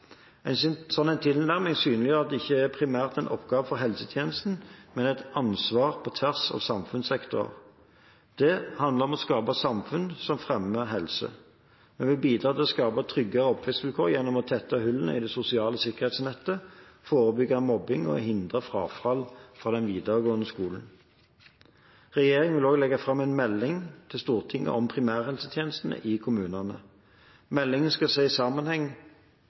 En slik tilnærming synliggjør at dette ikke primært er en oppgave for helsetjenesten, men et ansvar på tvers av samfunnssektorer. Det handler om å skape et samfunn som fremmer helse. Vi vil bidra til å skape tryggere oppvekstvilkår gjennom å tette hullene i det sosiale sikkerhetsnettet, forebygge mobbing og hindre frafall fra videregående skole. Regjeringen vil også legge fram en melding til Stortinget om primærhelsetjenesten i kommunene. Meldingen skal ses i sammenheng